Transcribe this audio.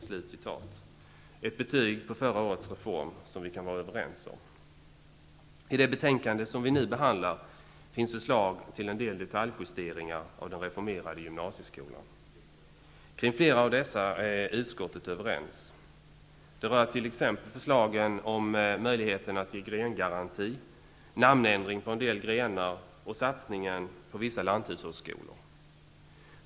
Det är ett betyg på förra årets reform som vi kan vara överens om. I det betänkande som vi nu behandlar finns förslag till en del detaljjusteringar av den reformerade gymnasieskolan. Kring flera av dessa är utskottet enigt. Det rör t.ex. förslagen om möjligheten att ge grengaranti, om namnändring på en del grenar och om satsningen på vissa lanthushållsskolor.